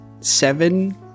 seven